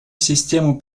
систему